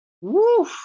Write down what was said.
Woo